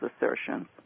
assertions